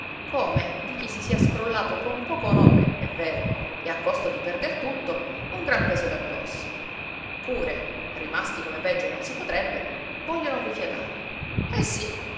come di chi si sia scrollato con poco onore è vero e a costo di perder tutto un gran peso d'addosso pure rimasti come peggio non si potrebbe vogliono rifiatare eh sì